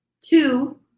two